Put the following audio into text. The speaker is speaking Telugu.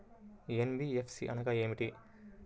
ఎన్.బీ.ఎఫ్.సి అనగా ఏమిటీ?